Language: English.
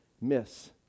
miss